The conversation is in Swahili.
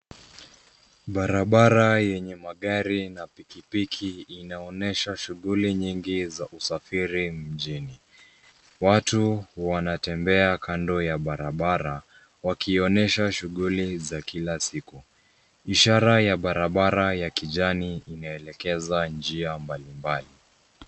Barabara yenye magari na pikipiki inaonyesha shughuli nyingi za usafiri mjini. Watu wanatembea kando ya barabara wakionyesha shughuli za kila siku. Ishara ya barabara ya kijani inaelekeza njia mbalimbali.